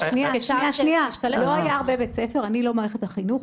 אני לא מערכת החינוך,